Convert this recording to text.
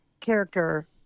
Character